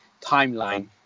timeline